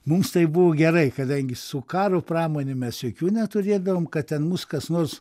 mums tai buvo gerai kadangi su karo pramone mes jokių neturėdavom ką ten mus kas nors